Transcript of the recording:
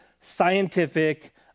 scientific